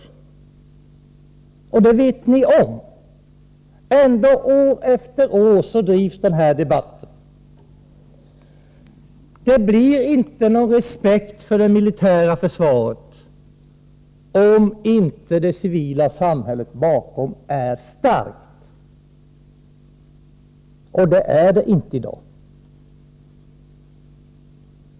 Ni vet om att det är så. Ändå drivs den här debatten år efter år. Det blir inte någon respekt för det militära försvaret om inte det civila samhället bakom är starkt. Och det är det inte i dag.